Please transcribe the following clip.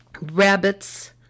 Rabbits